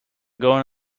going